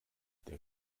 der